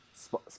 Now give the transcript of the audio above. Spot